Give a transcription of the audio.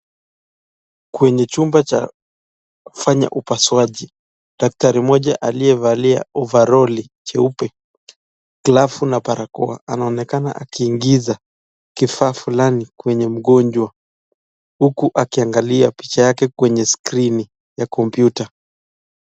Kwenye chumba cha kufanya upasuaji, daktari mmoja aliyevaa overoli nyeupe, glovu na barakoa anaonekana akiingiza kifaa fulani kwenye mgonjwa huku akiangalia picha yake kwenye skrini ya kompyuta.